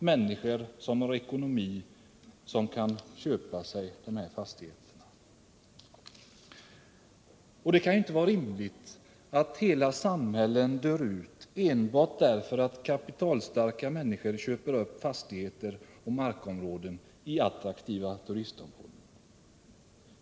Människor med god ekonomi har köpt upp fastigheterna. Det kan inte vara rimligt att hela samhällen dör ut enbart därför att kapitalstarka människor köper upp fastigheter och mark i attraktiva turistområden.